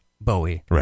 Bowie